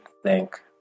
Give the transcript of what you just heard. Thank